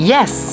Yes